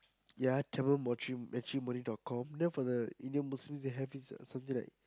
ya Tamil matri~ matrimony dot com then for the Indian Muslims they have this a something like